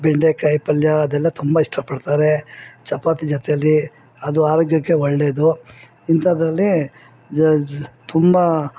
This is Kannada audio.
ಬೆಂಡೆಕಾಯಿ ಪಲ್ಯ ಅದೆಲ್ಲ ತುಂಬ ಇಷ್ಟಪಡ್ತಾರೆ ಚಪಾತಿ ಜೊತೇಲಿ ಅದು ಆರೋಗ್ಯಕ್ಕೆ ಒಳ್ಳೇದು ಇಂಥದ್ರಲ್ಲಿ ಜ ಜ ತುಂಬ